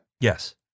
Yes